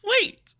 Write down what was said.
wait